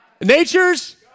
Nature's